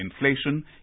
inflation